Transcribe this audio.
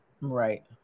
Right